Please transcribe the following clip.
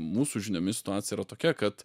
mūsų žiniomis situacija yra tokia kad